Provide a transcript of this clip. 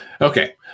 Okay